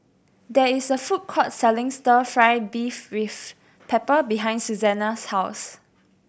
there is a food court selling Stir Fry beef with pepper behind Susana's house